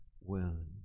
wound